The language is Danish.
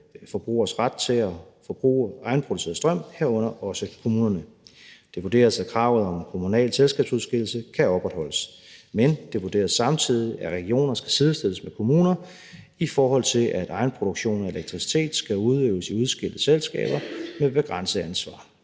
forbrugeres ret til at forbruge egenproduceret strøm, herunder også kommunerne. Det vurderes, at kravet om kommunal selskabsudskillelse kan opretholdes, men det vurderes samtidig, at regioner skal sidestilles med kommuner, i forhold til at egenproduktion af elektricitet skal udøves i udskilte selskaber med begrænset ansvar.